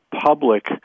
public